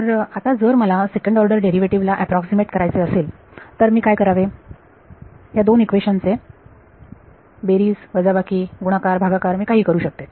तर आता जर मला सेकंड ऑर्डर डेरिव्हेटिव्ह ला अॅप्रॉक्सीमेट करायचे असेल तर मी काय करावे ह्या दोन इक्वेशन्स चे बेरीज वजाबाकी गुणाकार भागाकार मी काहीही करू शकते